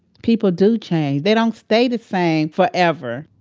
people do change. they don't stay the same forever.